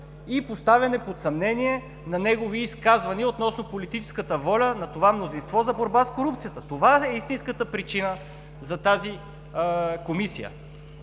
и поставяне под съмнение на негови изказвания относно политическата воля на това мнозинство за борба с корупцията. Това е истинската причина за тази Комисия.